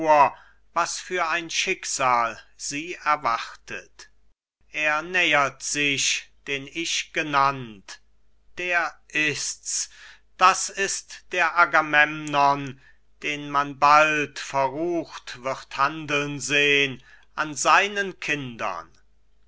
was für ein schicksal sie erwartet es nähert sich den ich genannt der ist's das ist der agamemnon den man bald verrucht wird handeln sehn an seinen kindern